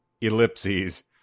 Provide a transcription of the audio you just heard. Ellipses